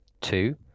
Two